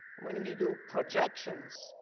when and we do projections,